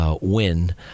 win